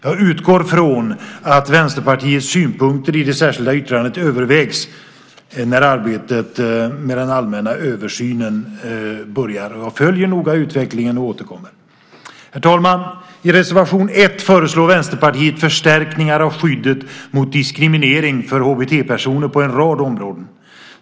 Jag utgår från att Vänsterpartiets synpunkter i det särskilda yttrandet övervägs när arbetet med den allmänna översynen börjar. Jag följer noga utvecklingen och återkommer. Herr talman! I reservation 1 föreslår Vänsterpartiet förstärkningar av skyddet mot diskriminering av HBT-personer på en rad områden.